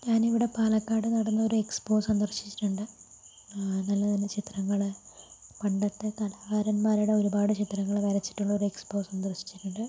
ഞാനിവിടെ പാലക്കാട് നടന്നൊരു എക്സ്പോ സന്ദർശിച്ചിട്ടുണ്ട് നല്ല നല്ല ചിത്രങ്ങൾ പണ്ടത്തെ കലാകാരന്മാരുടെ ഒരുപാട് ചിത്രങ്ങൾ വരച്ചിട്ടുള്ള ഒരു എക്സ്പോ സന്ദർശിച്ചിട്ടുണ്ട്